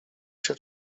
się